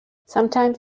sometimes